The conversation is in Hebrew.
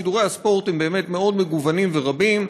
שידורי הספורט הם באמת מאוד מגוונים ורבים,